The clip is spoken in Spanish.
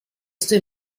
estoy